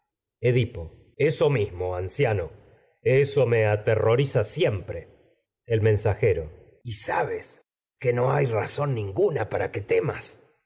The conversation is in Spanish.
edipo eso padres anciano eso mismo me aterroriza siempre el mensajero y sabes que no hay razón ninguna para que temas